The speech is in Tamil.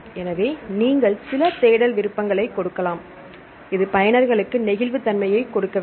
எனவே நீங்கள் சில தேடல் விருப்பங்களை கொடுக்கலாம் இது பயனர்களுக்கு நெகிழ்வுத்தன்மையைக் கொடுக்க வேண்டும்